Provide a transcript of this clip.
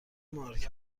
مارک